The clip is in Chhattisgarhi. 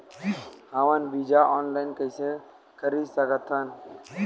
हमन बीजा ऑनलाइन कइसे खरीद सकथन?